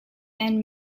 and